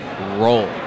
Roll